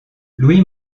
louis